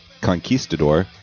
conquistador